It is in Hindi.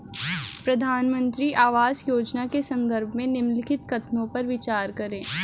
प्रधानमंत्री आवास योजना के संदर्भ में निम्नलिखित कथनों पर विचार करें?